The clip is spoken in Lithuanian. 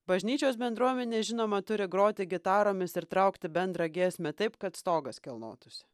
bažnyčios bendruomenė žinoma turi groti gitaromis ir traukti bendrą giesmę taip kad stogas kilnotųsi